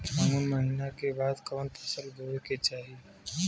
फागुन महीना के बाद कवन फसल बोए के चाही?